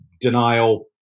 denial